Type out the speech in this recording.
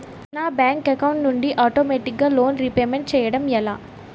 నా bank account నుండి ఆటోమేటిగ్గా లోన్ రీపేమెంట్ చేయడం ఎలా?